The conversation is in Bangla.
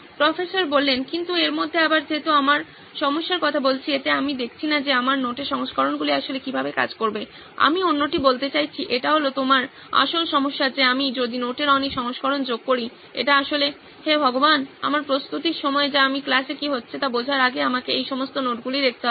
প্রফেসর কিন্তু এর মধ্যে আবার যেহেতু আমরা সমস্যার কথা বলছি এতে আমি দেখছি না যে আমার নোটের সংস্করণগুলি আসলে কিভাবে কাজ করবে আমি অন্যটি বলতে চাইছি এটা হল তোমার আসল সমস্যা যে আমি যদি নোটের অনেক সংস্করণ যোগ করি এটা আসলে হে ভগবান আমার প্রস্তুতির সময় যা আমি ক্লাসে কি হচ্ছে তা বোঝার আগে আমাকে এই সমস্ত নোটগুলি দেখতে হবে